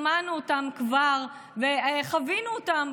כבר שמענו אותם וחווינו אותם,